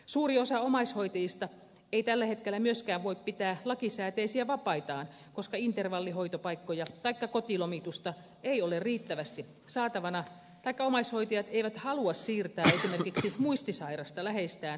suuri osa omaishoitajista ei tällä hetkellä myöskään voi pitää lakisääteisiä vapaitaan koska intervallihoitopaikkoja taikka kotilomitusta ei ole riittävästi saatavana taikka omaishoitajat eivät halua siirtää esimerkiksi muistisairasta läheistään vapaapäiviksi laitokseen